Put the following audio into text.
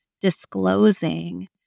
disclosing